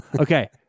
Okay